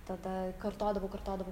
tada kartodavau kartodavau